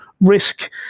risk